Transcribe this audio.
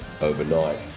overnight